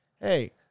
Hey